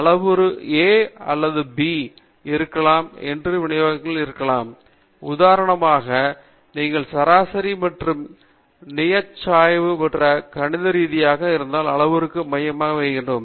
அளவுருக்கள் a மற்றும் b இருக்கலாம் மற்ற விநியோகங்கள் இருக்கலாம் உதாரணமாக நீங்கள் சராசரி மற்றும் நியமச்சாய்வு பெற கணித ரீதியாக இந்த அளவுருக்கள் கையாள வேண்டும்